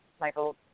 Michael